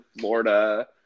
Florida